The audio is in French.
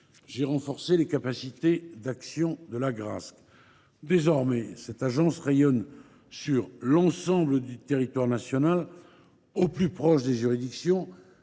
j’ai renforcé les capacités d’action de l’Agrasc. Désormais, l’Agence rayonne sur l’ensemble du territoire national, au plus proche des juridictions.